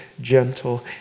gentle